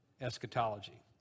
eschatology